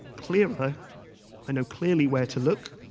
clearly and clearly where to look.